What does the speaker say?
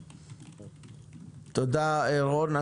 תודה, רון.